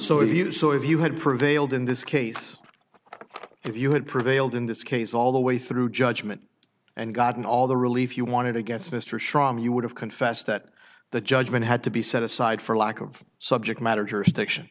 of you had prevailed in this case if you had prevailed in this case all the way through judgment and gotten all the relief you wanted against mr shrum you would have confessed that the judgment had to be set aside for lack of subject matter jurisdiction